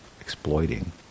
exploiting